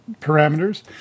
parameters